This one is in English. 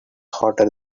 hotter